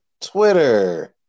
Twitter